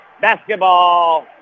basketball